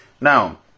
Now